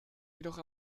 jedoch